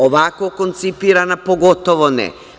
Ovako koncipirana, pogotovo ne.